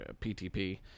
PTP